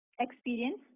experience